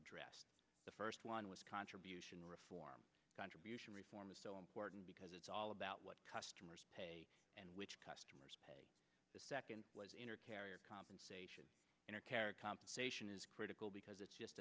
addressed the first one was contribution reform contribution reform is so important because it's all about what customers pay and which customers pay the second was in her carrier compensation and her character compensation is critical because it's just